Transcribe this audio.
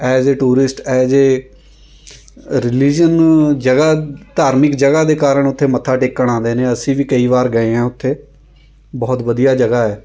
as a tourist as a religion ਜਗ੍ਹਾ ਧਾਰਮਿਕ ਜਗ੍ਹਾ ਦੇ ਕਾਰਨ ਉੱਥੇ ਮੱਥਾ ਟੇਕਣ ਆਉਂਦੇ ਨੇ ਅਸੀਂ ਵੀ ਕਈ ਵਾਰ ਗਏ ਹਾਂ ਉੱਥੇ ਬਹੁਤ ਵਧੀਆ ਜਗ੍ਹਾ ਹੈ